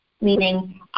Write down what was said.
meaning